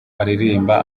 aririmba